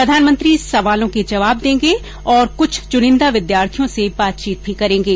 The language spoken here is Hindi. प्रधानमंत्री सवालों के जवाब देंगे और कुछ चुनिंदा विद्यार्थियों से बातचीत भी करेंगे